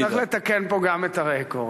צריך לתקן פה גם את הרקורד,